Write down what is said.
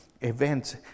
events